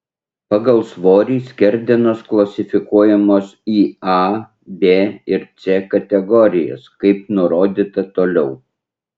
pagal svorį skerdenos klasifikuojamos į a b ir c kategorijas kaip nurodyta toliau